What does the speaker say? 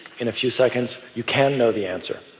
in a few seconds, you can know the answer.